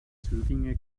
zöglinge